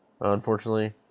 unfortunately